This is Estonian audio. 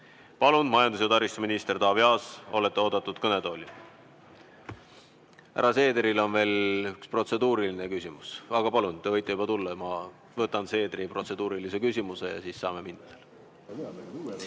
Palun, majandus- ja taristuminister Taavi Aas! Olete oodatud kõnetooli. Härra Seedril on veel üks protseduuriline küsimus. Aga te võite juba pulti tulla. Ma võtan Seedri protseduurilise küsimuse ja siis saame edasi